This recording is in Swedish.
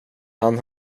han